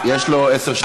יש לו עשר שניות.